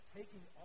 taking